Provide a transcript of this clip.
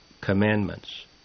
commandments